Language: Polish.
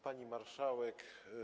Pani Marszałek!